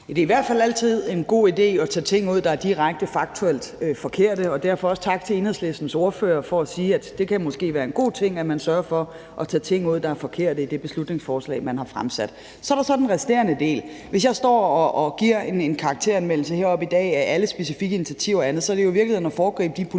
fald altid en god idé at tage ting ud, der er direkte faktuelt forkerte. Derfor også tak til Enhedslistens ordfører for at sige, at det måske kan være en god ting, at man sørger for at tage ting ud, der er forkerte i det beslutningsforslag, man har fremsat. Så er der så den resterende del. Hvis jeg står og giver en karakter heroppe i dag foralle specifikke initiativer og andet, er det jo i virkeligheden at foregribe de politiske